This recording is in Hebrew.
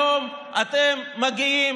אנחנו נלך לנאום הבחירות שלך בקדימה.